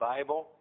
Bible